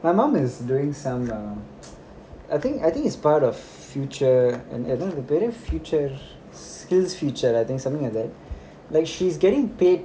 my mom is doing some um I think I think it's part of future um I don't know பெரிய:periya future skills future I think something like that like she's getting paid